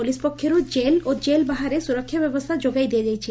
police ପକ୍ଷରୁ jail ଓ jail ବାହାରେ ସୁରକ୍ଷା ବ୍ୟବସ୍ଥା ଯୋଗାଇ ଦିଆଯାଇଛି